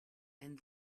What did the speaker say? and